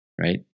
right